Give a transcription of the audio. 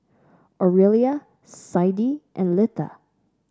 Orelia Siddie and Litha